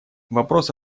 вопрос